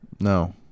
No